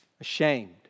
ashamed